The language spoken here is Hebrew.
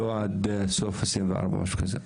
לא עד סוף 2024 או משהו כזה.